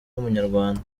w’umunyarwanda